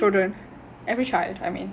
every child I mean